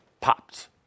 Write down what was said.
pops